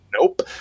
nope